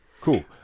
Cool